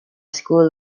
school